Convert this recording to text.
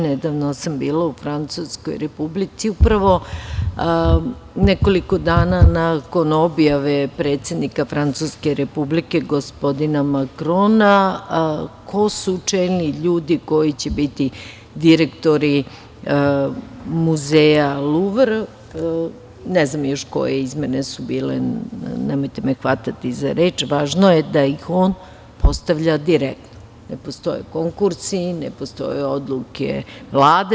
Nedavno sam bila u Francuskoj Republici i upravo nekoliko dana nakon objave predsednika Francuske Republike gospodina Makrona ko su čelni ljudi koji će biti direktori muzeja „Luvr“, ne znam još koje izmene su bile, nemojte me hvatati za reč, važno je da ih on postavlja direktno, ne postoje konkursi, ne postoje odluke Vlade.